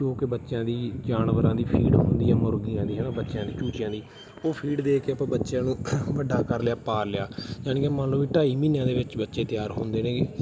ਜੋ ਕਿ ਬੱਚਿਆਂ ਦੀ ਜਾਨਵਰਾਂ ਦੀ ਫੀਡ ਹੁੰਦੀ ਹੈ ਮੁਰਗੀਆਂ ਦੀ ਹੈ ਨਾ ਬੱਚਿਆਂ ਦੀ ਚੂਚਿਆਂ ਦੀ ਉਹ ਫੀਡ ਦੇ ਕੇ ਆਪਾਂ ਬੱਚਿਆਂ ਨੂੰ ਵੱਡਾ ਕਰ ਲਿਆ ਪਾਲ ਲਿਆ ਯਾਨੀ ਕਿ ਮੰਨ ਲਓ ਵੀ ਢਾਈ ਮਹੀਨਿਆਂ ਦੇ ਵਿੱਚ ਬੱਚੇ ਤਿਆਰ ਹੁੰਦੇ ਨੇਗੇ